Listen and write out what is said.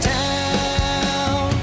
town